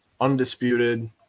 undisputed